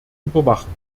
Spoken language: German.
überwachen